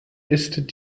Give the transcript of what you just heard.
ist